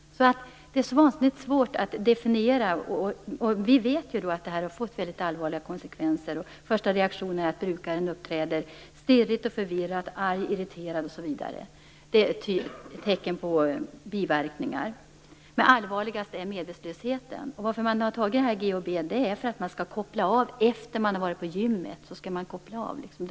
Ämnet är alltså oerhört svårt att definiera. Vi vet att ämnet har fått väldigt allvarliga konsekvenser. De första tecknen på biverkningar är att brukaren uppträder stirrigt och förvirrat, blir arg, irriterad osv., men allvarligast är medvetslösheten. Syftet med intaget av GHB är att få en avkoppling efter det att man har varit på gym.